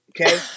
Okay